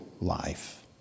life